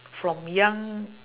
from young